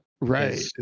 right